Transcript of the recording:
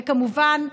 וכמובן,